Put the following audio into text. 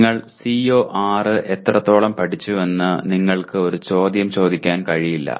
നിങ്ങൾ CO6 എത്രത്തോളം പഠിച്ചുവെന്ന് നിങ്ങൾക്ക് ഒരു ചോദ്യം ചോദിക്കാൻ കഴിയില്ല